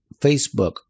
Facebook